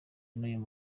n’uyu